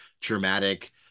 dramatic